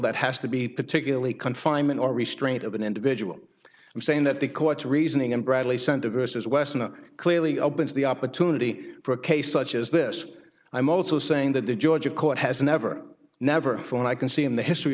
that has to be particularly confinement or restraint of an individual i'm saying that the courts reasoning and bradley center versus western clearly opens the opportunity for a case such as this i'm also saying that the georgia court has never never found i can see in the history